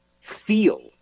feel